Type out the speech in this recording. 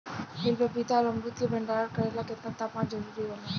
बेल पपीता और अमरुद के भंडारण करेला केतना तापमान जरुरी होला?